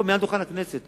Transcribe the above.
פה מעל דוכן הכנסת,